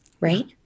right